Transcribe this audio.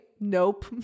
Nope